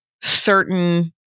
certain